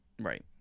right